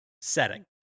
Setting